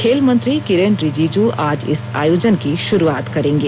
खेल मंत्री किरेन रिजिज् आज इस आयोजन की शुरुआत करेंगे